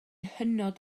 hynod